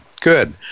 good